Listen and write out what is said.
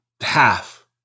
half